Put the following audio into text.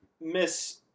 miss